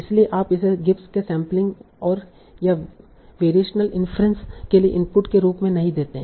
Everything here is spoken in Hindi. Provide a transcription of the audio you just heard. इसलिए आप इसे गिब्स के सैंपलिंग और या वैरिएशनल इन्फेरेंस के लिए इनपुट के रूप में नहीं देते हैं